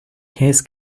his